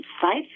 sites